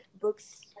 books